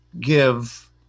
give